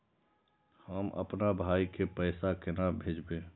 हम आपन भाई के पैसा केना भेजबे?